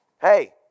Hey